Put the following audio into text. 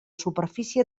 superfície